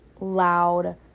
loud